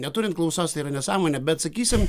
neturint klausos yra nesąmonė bet sakysim